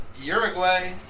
Uruguay